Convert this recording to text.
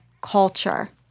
culture